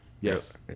Yes